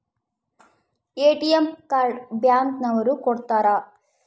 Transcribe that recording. ATM card bank ನವರು ಕೊಡ್ತಾರ